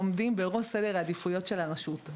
עומדים בראש סדר העדיפויות של הרשות.